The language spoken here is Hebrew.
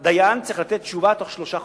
הדיין צריך לתת תשובה בתוך שלושה חודשים.